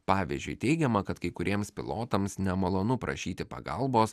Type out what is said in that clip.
pavyzdžiui teigiama kad kai kuriems pilotams nemalonu prašyti pagalbos